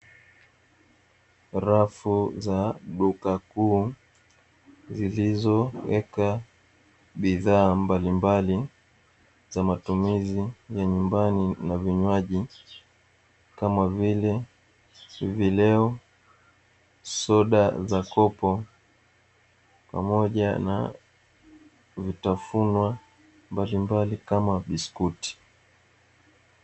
Rafu za duka kuu zilizoweka bidhaa mbalimbali za matumizi ya nyumbani na vinywaji kama vile vileo soda za kopo pamoja na vitafunwa mbalimbali kama biskuti.